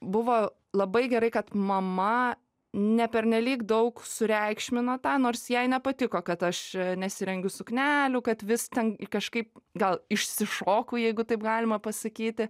buvo labai gerai kad mama nepernelyg daug sureikšmino tą nors jai nepatiko kad aš nesirengiu suknelių kad vis ten kažkaip gal išsišoku jeigu taip galima pasakyti